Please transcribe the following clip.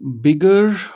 bigger